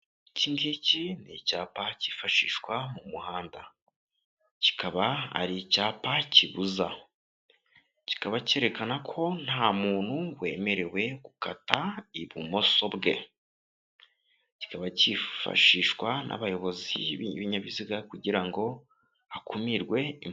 Iki ngiki ni icyapa cyifashishwa mu muhanda, kikaba ari icyapa kibuza, kikaba cyerekana ko nta muntu wemerewe gukata ibumoso bwe. Kikaba cyifashishwa n'abayobozi b'ibinyabiziga kugira ngo hakumirwe impanuka.